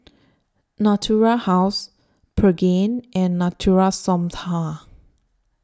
Natura House Pregain and Natura Stoma